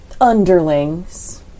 underlings